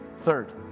Third